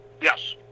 Yes